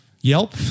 Yelp